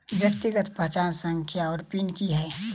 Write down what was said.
व्यक्तिगत पहचान संख्या वा पिन की है?